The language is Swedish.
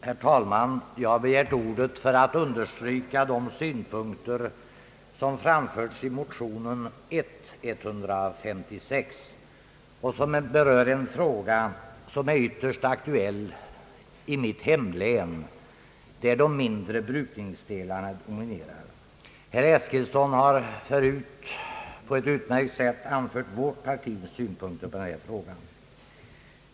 Herr talman! Jag har begärt ordet för att understryka de synpunkter som anförts i motionen I: 156 och som berör en fråga vilken är ytterst aktuell i mitt hemlän, där de mindre brukningsdelarna dominerar. Herr Eskilsson har nyss på ett utmärkt sätt framfört vårt partis synpunkter på denna fråga.